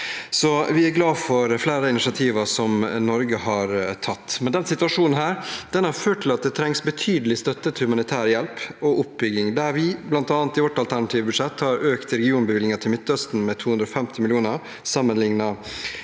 Vi er glade for flere av initiativene som Norge har tatt, men denne situasjonen har ført til at det trengs betydelig støtte til humanitær hjelp og oppbygging. Vi har i vårt alternative budsjett bl.a. økt regionbevilgningen til Midtøsten med 250 mill. kr sammenlignet